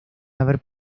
haber